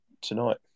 tonight